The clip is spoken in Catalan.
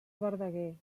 verdaguer